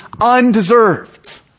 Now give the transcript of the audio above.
undeserved